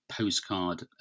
postcard